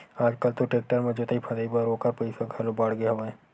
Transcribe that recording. आज कल तो टेक्टर म जोतई फंदई बर ओखर पइसा घलो बाड़गे हवय